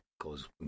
goes